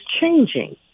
changing